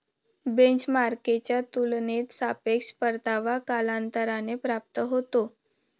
बेंचमार्कच्या तुलनेत सापेक्ष परतावा कालांतराने प्राप्त होतो